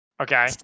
Okay